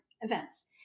events